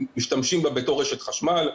משתמשים בה בתור רשת חשמל,